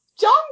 John